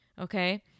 Okay